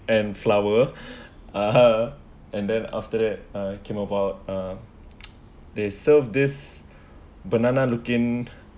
and flower uh and then after that uh came about uh they serve this banana looking